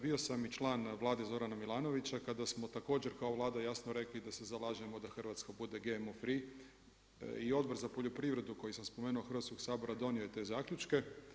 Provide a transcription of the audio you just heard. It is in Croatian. Bio sam i član vlade Zorana Milanovića kada smo također kao vlada jasno rekli da se zalažemo da Hrvatska bude GMO free i Odbor za poljoprivredu koju sam spomenuo Hrvatskog sabora donio je te zaključke.